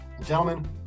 Gentlemen